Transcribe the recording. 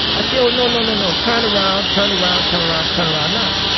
i said, oh, and no. no. no. no. turn around. turn around. turn around. turn around now.